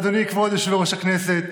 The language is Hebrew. אדוני כבוד יושב-ראש הכנסת,